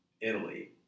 Italy